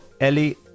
Ellie